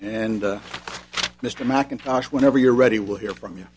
and mr mackintosh whenever you're ready we'll hear from you